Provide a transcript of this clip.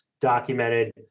documented